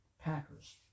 Packers